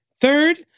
Third